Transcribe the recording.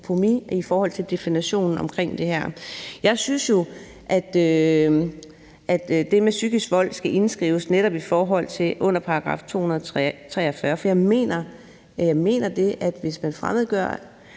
kompromis om definitionen af det her. Jeg synes jo, at det om psykisk vold skal indskrives netop i § 243, for jeg mener, at hvis man fremmedgør